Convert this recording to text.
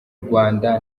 rwanda